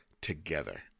together